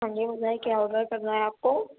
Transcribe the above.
ہاں جی بتائیں کیا آڈر کرنا ہے آپ کو